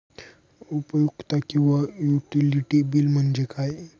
उपयुक्तता किंवा utility bill म्हणजे काय?